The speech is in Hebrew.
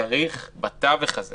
צריך בתווך הזה